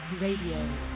Radio